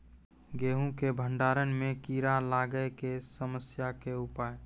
गेहूँ के भंडारण मे कीड़ा लागय के समस्या के उपाय?